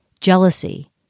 jealousy